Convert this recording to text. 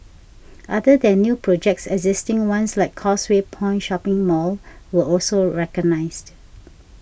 other than new projects existing ones like Causeway Point shopping mall were also recognised